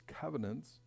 covenants